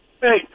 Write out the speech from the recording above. Hey